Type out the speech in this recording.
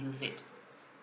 use it